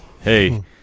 Hey